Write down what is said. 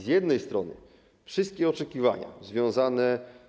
Z jednej strony wszystkie oczekiwania związane.